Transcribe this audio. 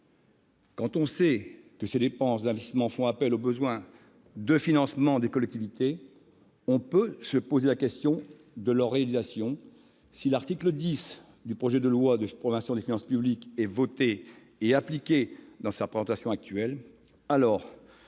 Quand on sait que ces dépenses d'investissement accroissent les besoins de financement des collectivités, on peut s'interroger sur leur réalisation si l'article 10 du projet de loi de programmation des finances publiques est voté et appliqué dans sa rédaction actuelle, sachant